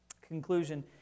Conclusion